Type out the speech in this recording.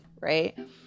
right